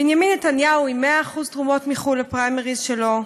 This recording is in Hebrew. בנימין נתניהו עם 100% תרומות מחו"ל לפריימריז שלו,